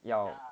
要